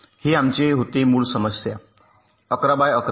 हे आमचे होते मूळ समस्या 11 बाय 11